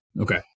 Okay